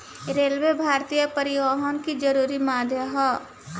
railway भारतीय परिवहन के जरुरी माध्यम ह